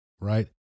right